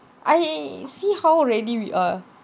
I see how ready we are